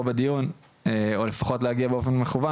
בדיון או לפחות להיות נוכחת באופן מקוון,